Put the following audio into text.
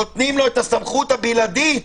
נותנים לו את הסמכות הבלעדית